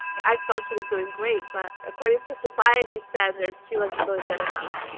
i felt she was doing great but according to society standards she wasn't doing good enough